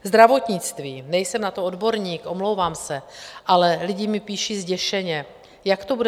Zdravotnictví: nejsem na to odborník, omlouvám se, ale lidi mi píší zděšeně, jak to bude.